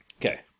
Okay